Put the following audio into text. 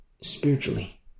spiritually